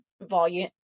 volume